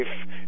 life